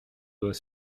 doigt